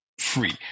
free